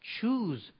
choose